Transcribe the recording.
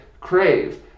crave